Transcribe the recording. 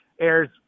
airs